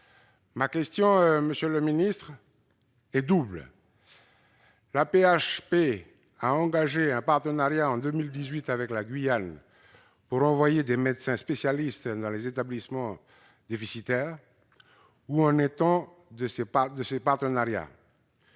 du pays. Monsieur le secrétaire d'État, l'AP-HP a engagé un partenariat en 2018 avec la Guyane pour envoyer des médecins spécialistes dans les établissements déficitaires : où en est-on de ce partenariat ?